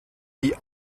die